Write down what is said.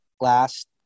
last